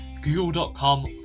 google.com